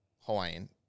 Hawaiian